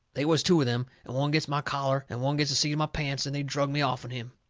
they was two of them, and one gets my collar and one gets the seat of my pants, and they drug me off'n him.